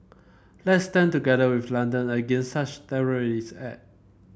let's stand together with London against such terrorist act